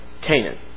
Canaan